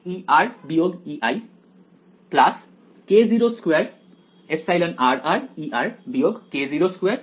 অতএব এই দুই সমীকরণ নিয়ে আমি কি করতে পারি বিদ্যুত্ প্রবাহের উৎস থেকে পিছু ছাড়াতে বিয়োগ করবো সঠিক